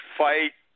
fight